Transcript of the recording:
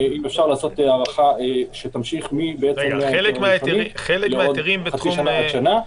אם אפשר לעשות הארכה שתמשיך מההיתר הראשוני לעוד חצי שנה עד שנה,